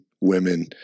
women